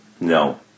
No